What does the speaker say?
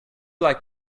like